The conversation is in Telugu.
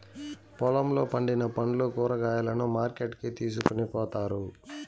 పొలంలో పండిన పండ్లు, కూరగాయలను మార్కెట్ కి తీసుకొని పోతారు